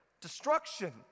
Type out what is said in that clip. destruction